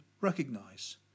recognise